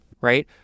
right